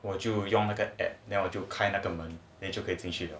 我就用那个 app then 我就开那个们 then 就可以进去的